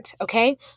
okay